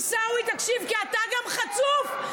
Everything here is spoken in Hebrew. עיסאווי, תקשיב, כי אתה גם חצוף.